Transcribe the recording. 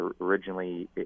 originally